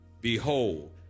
behold